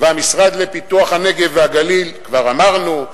והמשרד לפיתוח הנגב והגליל כבר אמרנו,